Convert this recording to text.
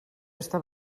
està